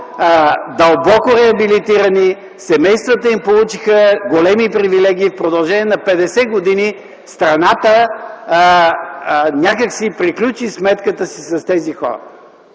дълбоко реабилитирани, семействата им получиха големи привилегии. В продължение на 50 години страната някак си приключи сметката си с тези хора.